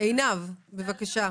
קצמן בבקשה.